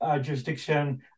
jurisdiction